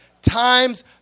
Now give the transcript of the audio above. times